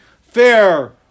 fair